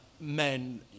men